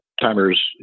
timers